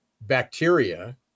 bacteria